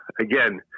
again